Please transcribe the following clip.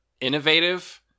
innovative